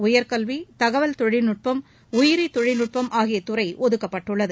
உயர் கல்வி தகவல் தொழில்நுட்பம் உயிரி தொழில்நுட்பம் ஆகிய துறை ஒதுக்கப்பட்டுள்ளது